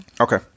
okay